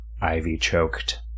ivy-choked